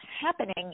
happening